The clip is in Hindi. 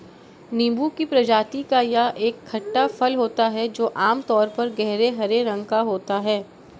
नींबू की प्रजाति का यह एक खट्टा फल होता है जो आमतौर पर गहरे हरे रंग का होता है